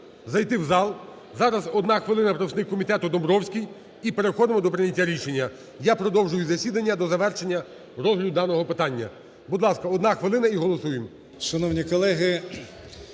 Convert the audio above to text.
зайти в зал. Зараз 1 хвилина - представник комітету Домбровський. І переходимо до прийняття рішення. Я продовжую засідання до завершення розгляду даного питання. Будь ласка, 1 хвилина. І голосуємо.